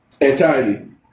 entirely